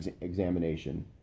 examination